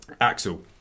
Axel